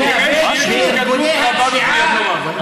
יש התקדמות רבה בפענוח.